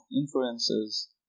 inferences